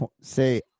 say